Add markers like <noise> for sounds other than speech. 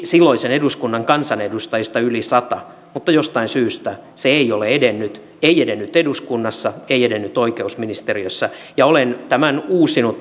silloisen eduskunnan kansanedustajista yli sata mutta jostain syystä se ei ole edennyt ei edennyt eduskunnassa ei edennyt oikeusministeriössä ja olen tämän uusinut <unintelligible>